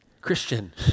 Christian